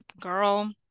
girl